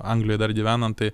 anglijoje dar gyvenant tai